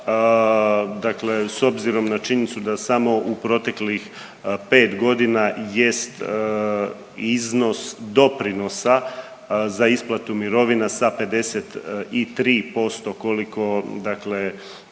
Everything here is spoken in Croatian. Dakle, s obzirom na činjenicu da samo u proteklih pet godina jest iznos doprinosa za isplatu mirovina sa 53% koliko dakle